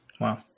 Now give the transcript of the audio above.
Wow